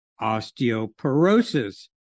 osteoporosis